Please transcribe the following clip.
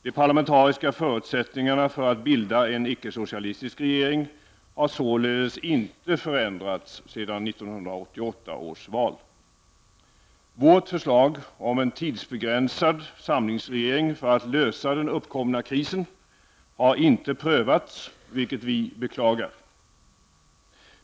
De parlamentariska förutsättningarna för att bilda en ickesocialistisk regering har således inte förändrats sedan 1988 års val. Vårt förslag om en tidsbegränsad samlingsregering för att lösa den upp komna krisen har inte prövats, vilket vi beklagar.